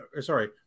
sorry